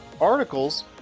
articles